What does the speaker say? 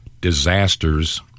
disasters